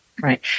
right